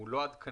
הוא לא עדכני,